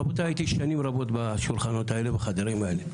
רבותיי הייתי שנים רבות בשולחנות האלה ובחדרים האלה.